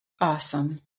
Awesome